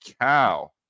cow